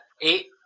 eight